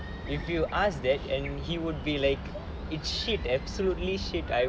if you ask that and he would be like it's shit absolutely shit I